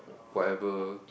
whatever